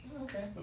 Okay